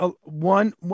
one